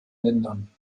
ländern